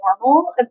normal